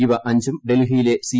ഇവ അഞ്ചും ഡൽഹിയിലെ സി